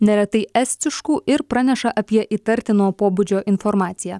neretai estiškų ir praneša apie įtartino pobūdžio informaciją